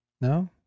No